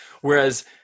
Whereas